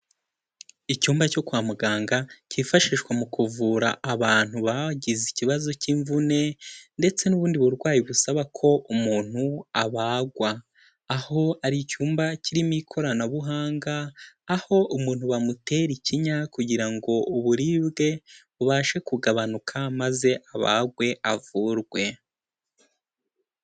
Icyumba cyo kwa muganga cyifashishwa mu kuvura abantu bagize ikibazo cy'imvune, ndetse n'ubundi burwayi busaba ko umuntu abagwa, aho ari icyumba kirimo ikoranabuhanga, aho umuntu bamutera ikinya kugira ngo uburibwe bubashe kugabanuka maze abagwe avurwe.